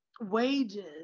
wages